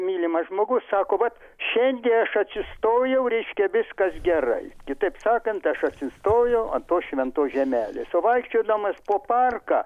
mylimas žmogus sako vat šiandien aš atsistojau reiškia viskas gerai kitaip sakant aš atsistojau ant tos šventos žemelės o vaikščiodamas po parką